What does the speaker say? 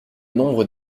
nombre